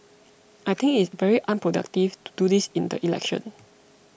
I think it is very unproductive to do this in the election